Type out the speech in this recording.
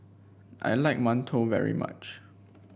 I like mantou very much